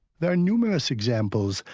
there are numerous examples.